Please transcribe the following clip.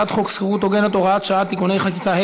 הצעת חוק שכירות הוגנת (הוראת שעה ותיקוני חקיקה),